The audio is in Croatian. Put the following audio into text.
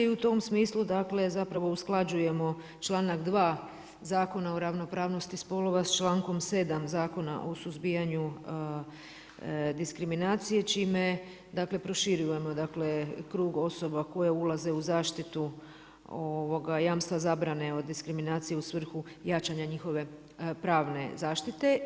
I u tom smislu dakle zapravo usklađujemo članak 2. Zakona o ravnopravnosti spolova sa člankom 7. Zakona o suzbijanju diskriminacije čime dakle proširujemo dakle krug osoba koje ulaze u zaštitu jamstva zabrane od diskriminacije u svrhu jačanja njihove pravne zaštite.